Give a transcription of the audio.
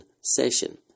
session